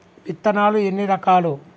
విత్తనాలు ఎన్ని రకాలు?